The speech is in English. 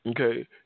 okay